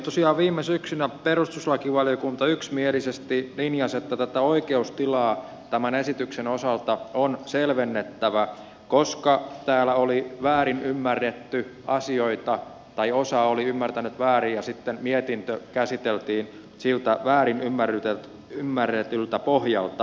tosiaan viime syksynä perustuslakivaliokunta yksimielisesti linjasi että tätä oikeustilaa tämän esityksen osalta on selvennettävä koska täällä oli väärin ymmärretty asioita tai osa oli ymmärtänyt väärin ja sitten mietintö käsiteltiin siltä väärin ymmärretyltä pohjalta